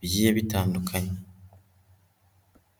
bigiye bitandukanye.